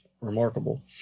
remarkable